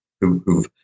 who've